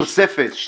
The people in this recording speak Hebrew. בתוספת.